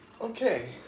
Okay